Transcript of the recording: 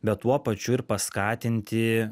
bet tuo pačiu ir paskatinti